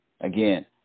again